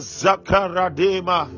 zakaradema